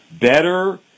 Better